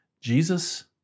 Jesus